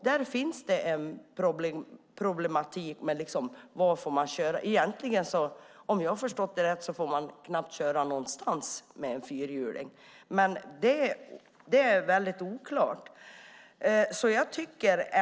Där finns en problematik kring var man får köra. Om jag har förstått det rätt får man egentligen knappt köra någonstans med en fyrhjuling, men det är väldigt oklart.